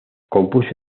compuso